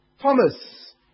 Thomas